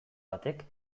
batek